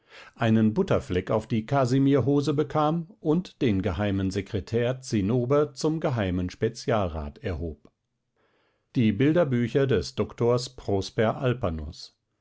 einen butterfleck auf die kasimirhose bekam und den geheimen sekretär zinnober zum geheimen spezialrat erhob die bilderbücher des doktors prosper